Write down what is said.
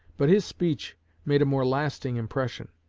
but his speech made a more lasting impression.